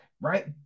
right